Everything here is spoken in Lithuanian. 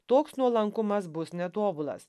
toks nuolankumas bus netobulas